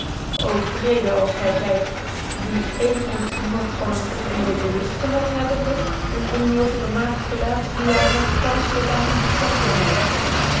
wrccdc als gy zyt die even het genot van een oneerlijke luft gehad hebbende een onnozele maagd verlaat die haar hert ganfehclijk aan u gefchonken heeft